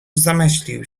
zamyślił